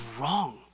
wrong